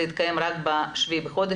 הוא יתקיים רק ב-7 בספטמבר.